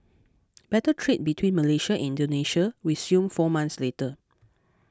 barter trade between Malaysia Indonesia resumed four months later